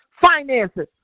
finances